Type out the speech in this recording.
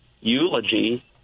eulogy